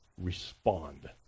respond